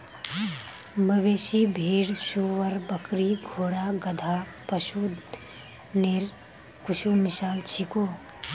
मवेशी, भेड़, सूअर, बकरी, घोड़ा, गधा, पशुधनेर कुछु मिसाल छीको